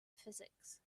physics